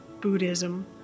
Buddhism